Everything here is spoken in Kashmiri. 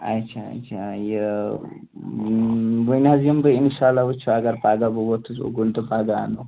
اَچھا اَچھا یہِ ۅنۍ حظ یِمہٕ بہٕ اِنشااللہ وُچھُو اگر پگاہ بہٕ وۄتھُس اوکُن تہٕ پَگاہ اَنو